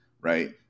right